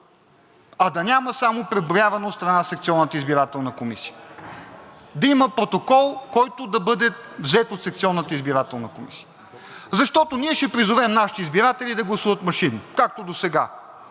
а да няма само преброяване от страна на секционната избирателна комисия. Да има протокол, който да бъде взет от секционната избирателна комисия. Защото ние ще призовем нашите избиратели да гласуват машинно, както досега.